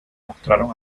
mostraron